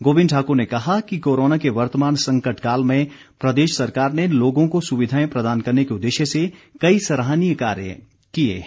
गोविंद ठाकुर ने कहा कि कोरोना के वर्तमान संकट काल में प्रदेश सरकार ने लोगों को सुविधाएं प्रदान करने के उददेश्य से कई सराहनीय कार्य किए हैं